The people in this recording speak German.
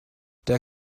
der